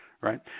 right